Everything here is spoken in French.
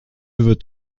veut